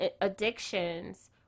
addictions